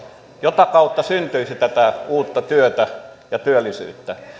jota kautta syntyisi tätä uutta työtä ja työllisyyttä